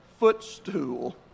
footstool